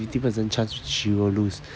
fifty percent chance she will lose